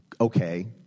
okay